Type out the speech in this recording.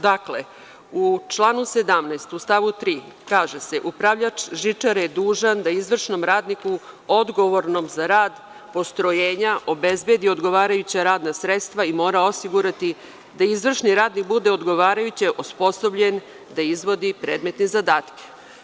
Dakle, u članu 17. u stavu 3. kaže se – upravljač žičare je dužan da izvršnom radniku odgovornom za rad postrojenja obezbedi odgovarajuća radna sredstva i mora osigurati da izvršni radnik bude odgovarajuće osposobljen da izvodi predmetne zadatke.